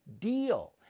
deal